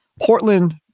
Portland